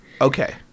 okay